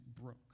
broke